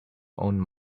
own